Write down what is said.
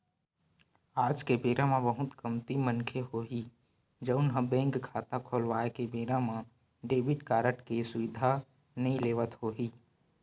आज के बेरा म बहुते कमती मनखे होही जउन ह बेंक खाता खोलवाए के बेरा म डेबिट कारड के सुबिधा नइ लेवत होही